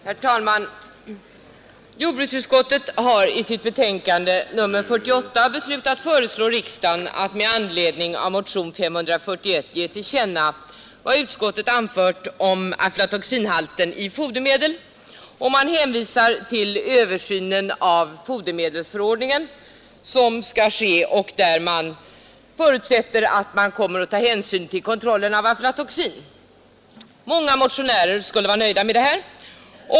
Herr talman! Jordbruksutskottet har i sitt betänkande nr 48 beslutat föreslå riksdagen att med anledning av motionen 541 ge till känna vad utskottet anfört om aflatoxinhalten i fodermedel. Man hänvisar till den översyn av fodermedelsförordningen som skall ske och förutsätter att man i det sammanhanget även skall ta upp frågan om kontrollen av förekomsten av aflatoxin. Många motionärer skulle vara nöjda med detta.